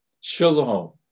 Shalom